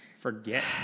forget